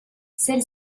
celle